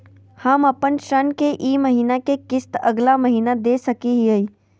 हम अपन ऋण के ई महीना के किस्त अगला महीना दे सकी हियई?